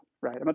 right